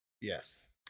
Yes